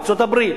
ארצות-הברית,